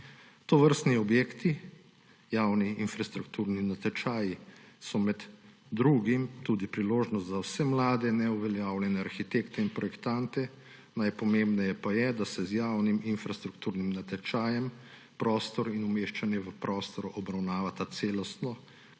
Tovrstni objekti, javni infrastrukturni natečaji so med drugim tudi priložnost za vse mlade neuveljavljene arhitekte in projektante. Najpomembneje pa je, da se z javnim infrastrukturnim natečajem prostor in umeščanje v prostor obravnavata celostno,